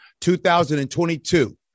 2022